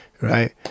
Right